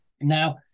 Now